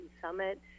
Summit